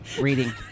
reading